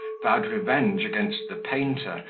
vowed revenge against the painter,